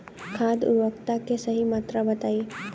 खाद उर्वरक के सही मात्रा बताई?